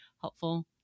helpful